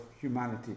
humanity